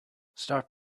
start